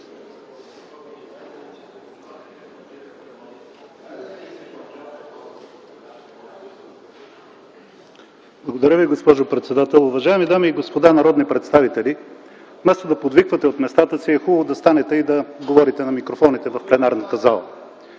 Благодаря Ви, госпожо председател. Уважаеми дами и господа народни представители, вместо да подвиквате от местата си, е хубаво да станете и да говорите на микрофоните в пленарната зала.